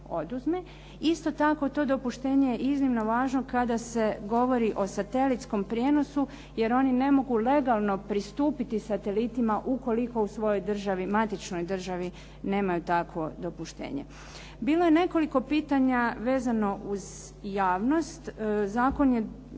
oduzme. Isto tako, to dopuštenje je iznimno važno kada se govori o satelitskom prijenosu jer oni ne mogu legalno pristupiti satelitima ukoliko u svojoj državi, matičnoj državi nemaju takvo dopuštenje. Bilo je nekoliko pitanja vezano uz javnost. Zakon je